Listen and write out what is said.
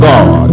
God